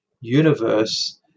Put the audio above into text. universe